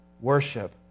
worship